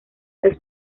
los